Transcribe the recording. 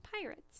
pirates